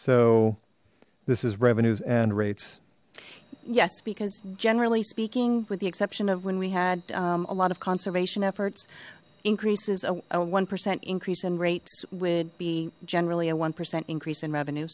so this is revenues and rates yes because generally speaking with the exception of when we had a lot of conservation efforts increases a one percent increase in rates would be generally a one percent increase in revenue